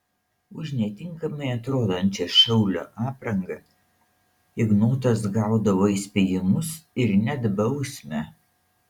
už netinkamai atrodančią šaulio aprangą ignotas gaudavo įspėjimus ir net bausmę